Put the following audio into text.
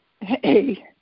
Hey